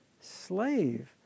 slave